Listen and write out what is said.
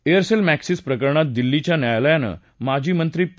Aircel Maxis प्रकरणात दिल्लीच्या न्यायालयान माजी मंत्री पी